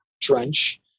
trench